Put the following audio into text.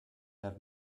have